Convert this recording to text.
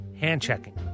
hand-checking